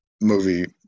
movie